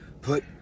put